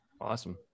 Awesome